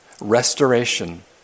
restoration